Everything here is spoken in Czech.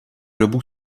dobu